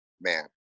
man